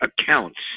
accounts